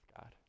God